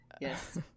Yes